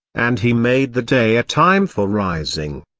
and he made the day a time for rising.